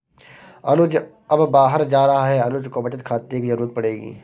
अनुज अब बाहर जा रहा है अनुज को बचत खाते की जरूरत पड़ेगी